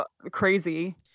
crazy